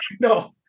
No